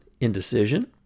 indecision